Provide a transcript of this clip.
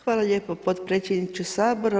Hvala lijepo potpredsjedniče Sabora.